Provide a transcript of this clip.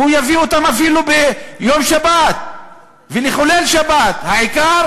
והוא יביא אותם אפילו ביום שבת ולחלל שבת, העיקר